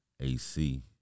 AC